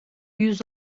yüz